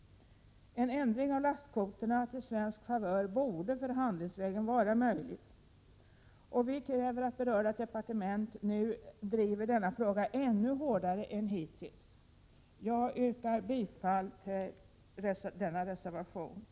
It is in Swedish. En ändring av lastkvoterna i svensk favör borde förhandlingsvägen vara möjlig, och vi Prot. 1987/88:110 kräver att berörda departement nu driver denna fråga ännu hårdare än hittills. Jag yrkar bifall till reservation 6.